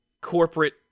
corporate